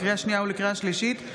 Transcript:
לקריאה שנייה ולקריאה שלישית,